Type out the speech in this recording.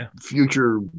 future